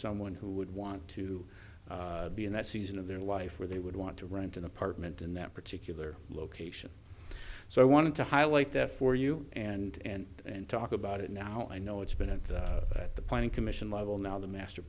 someone who would want to be in that season of their life where they would want to rent an apartment in that particular location so i wanted to highlight that for you and and talk about it now i know it's been in the planning commission level now the master